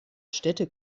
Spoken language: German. städte